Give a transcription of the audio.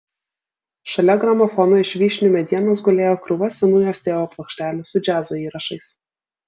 šalia gramofono iš vyšnių medienos gulėjo krūva senų jos tėvo plokštelių su džiazo įrašais